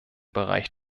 bereich